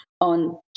on